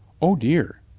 o, dear,